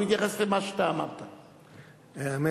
אני